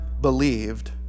believed